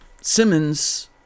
Simmons